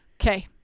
Okay